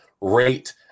rate